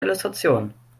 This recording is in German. illustration